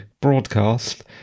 broadcast